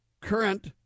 Current